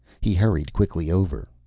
he hurried quickly over.